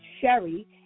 Sherry